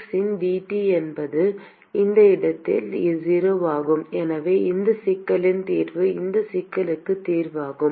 dx இன் dT என்பது அந்த இடத்தில் 0 ஆகும் எனவே இந்த சிக்கலின் தீர்வு இந்த சிக்கலுக்கும் தீர்வாகும்